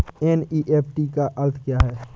NEFT का अर्थ क्या है?